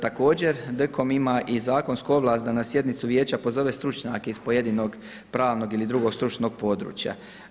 Također, DKOM ima i zakonsku ovlast da na sjednicu Vijeća pozove stručnjake iz pojedinog pravnog ili drugog stručnog područja.